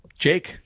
Jake